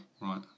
Right